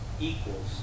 equals